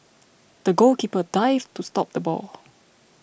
the goalkeeper dived to stop the ball